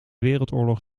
wereldoorlog